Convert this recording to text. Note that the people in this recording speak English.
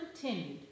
continued